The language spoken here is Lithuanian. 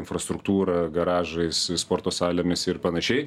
infrastruktūra garažais sporto salėmis ir panašiai